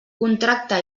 contracta